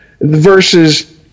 Versus